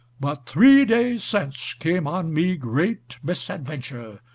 but three days since came on me great misadventure,